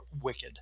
wicked